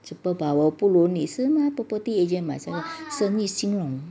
superpower 不如你是吗 property agent 什么生意兴隆